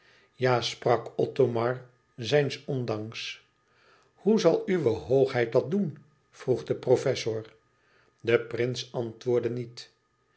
ja sprak othomar zijns ondanks hoe zal uwe hoogheid dat doen vroeg de professor de prins antwoordde niet